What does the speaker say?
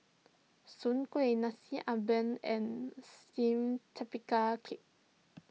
Soon Kway Nasi Ambeng and Steamed Tapioca Cake